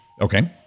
Okay